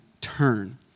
turn